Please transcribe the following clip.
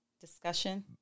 discussion